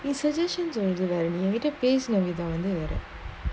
this suggestions ah be like வேறநீஎன்கிட்டேபேசுனவிதம்வந்துவேற:vera nee enkitta pesuna vidham vandhu vera